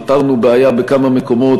פתרנו בעיה בכמה מקומות,